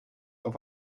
auf